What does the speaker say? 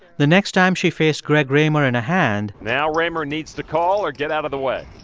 the next time she faced greg raymer in a hand. now raymer needs to call or get out of the way.